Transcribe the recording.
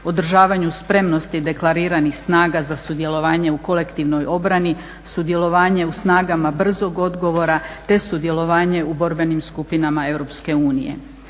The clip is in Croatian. održavanju spremnosti deklariranih snaga za sudjelovanje u kolektivnoj obrani, sudjelovanje u snagama brzog odgovora te sudjelovanje u borbenim skupinama EU.